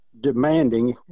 demanding